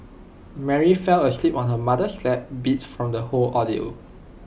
Mary fell asleep on her mother's lap beat from the whole ordeal